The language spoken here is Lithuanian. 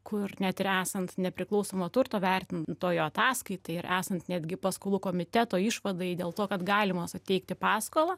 kur net ir esant nepriklausomo turto vertintojo ataskaitai ir esant netgi paskolų komiteto išvadai dėl to kad galima suteikti paskolą